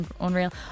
unreal